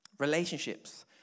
relationships